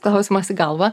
klausimas į galvą